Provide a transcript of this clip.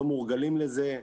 לא מורגלים לזה,